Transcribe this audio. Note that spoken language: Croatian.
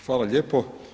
Hvala lijepo.